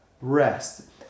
rest